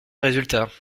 résultat